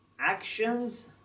actions